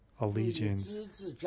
allegiance